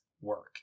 work